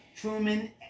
Truman